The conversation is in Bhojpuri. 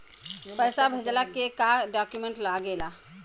पैसा भेजला के का डॉक्यूमेंट लागेला?